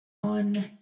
one